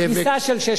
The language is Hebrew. פריסה של שש שנים.